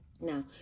now